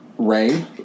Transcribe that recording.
Ray